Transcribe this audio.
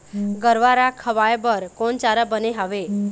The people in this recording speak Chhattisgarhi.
गरवा रा खवाए बर कोन चारा बने हावे?